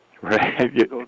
Right